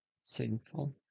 sinful